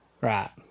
Right